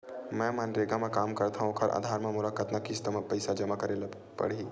मैं मनरेगा म काम करथव, ओखर आधार म मोला कतना किस्त म पईसा जमा करे बर लगही?